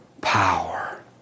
power